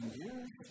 years